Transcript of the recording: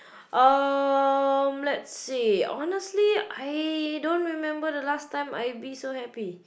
um let's see honestly I don't remember the last time I be so happy